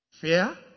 Fear